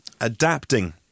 adapting